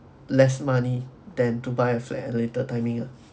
less money than to buy a flat at a later timing ah